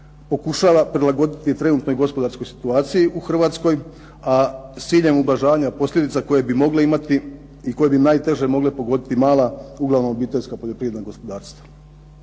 pokušava prilagoditi trenutnoj gospodarskoj situaciji u Hrvatskoj, a s ciljem ublažavanja posljedica koje bi mogle imati, i koje bi najteže mogle pogoditi mala uglavnom obiteljska poljoprivredna gospodarstva.